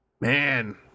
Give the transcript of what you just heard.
man